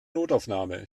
notaufnahme